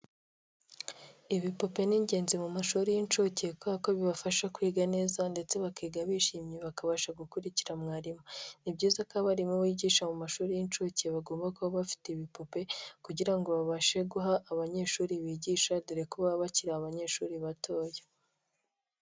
Ibi pupe ni'ingenzi mu mashuri y'incuke kubera ko bibafasha kwiga neza ndetse bakiga bishimye bakabasha gukurikira mwarimu, ni byiza ko abarimu bigisha mu mashuri y'incuke bagomba kuba bafite ibipupe kugira ngo babashe guha abanyeshuri bigisha, dore ko baba bakiri abanyeshuri batoya.